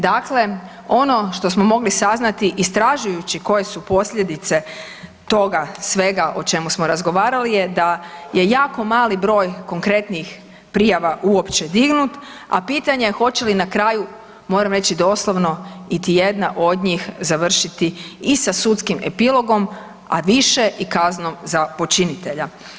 Dakle, ono što smo mogli saznati istražujući koje su posljedice toga svega o čemu smo razgovarali, je da je jako mali broj konkretnih prijava uopće dignut, a pitanje hoće li na kraju moram reći doslovno iti jedna od njih završiti i sa sudskim epilogom, a više i kaznom za počinitelja.